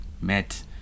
met